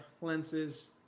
lenses